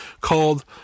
called